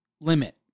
limit